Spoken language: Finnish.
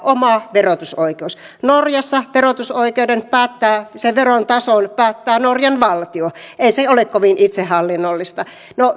oma verotusoikeus norjassa verotusoikeuden sen veron tason päättää norjan valtio ei se ole kovin itsehallinnollista